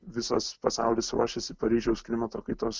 visas pasaulis ruošėsi paryžiaus klimato kaitos